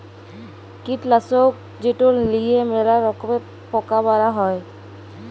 কীটলাসক যেট লিঁয়ে ম্যালা রকমের পকা মারা হ্যয়